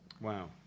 wow